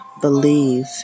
believe